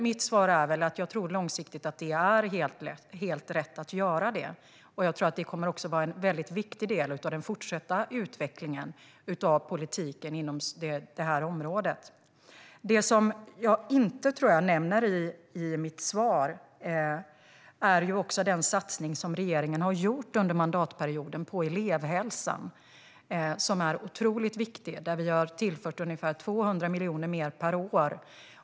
Mitt svar är väl att jag tror, långsiktigt, att det är helt rätt att göra det, och jag tror att det kommer att vara en väldigt viktig del av den fortsatta utvecklingen av politiken inom detta område. Det som jag inte, tror jag, nämnde i mitt svar är den satsning som regeringen har gjort under mandatperioden på elevhälsan, som är otroligt viktig. Där har vi tillfört ungefär 200 miljoner mer per år.